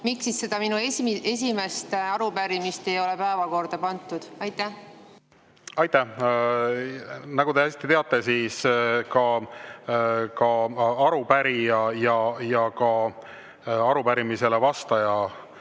siis seda minu esimest arupärimist ei ole päevakorda pandud? Aitäh! Nagu te hästi teate, on arupärija ja arupärimisele vastaja